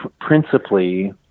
principally